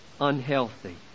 unhealthy